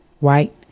right